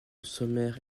sommaire